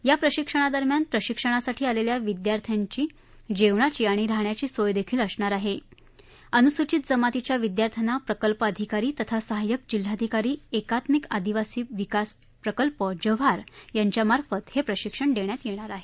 या प्रशिक्षणा दरम्यान प्रशिक्षणासाठी आलेल्या विद्यार्थ्यांची जेवणाची आणि राहण्याची सोय देखील असणार आहे अनुसुचीत जमातीच्या विद्यार्थ्यांना प्रकल्प आधिकारी तथा सहाय्यक जिल्हाधिकारी एकात्मिक आदिवासी विकास प्रकल्प जव्हार यांच्यामार्फत हे प्रशिक्षण देण्यात येणार आहे